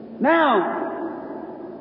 Now